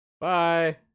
Bye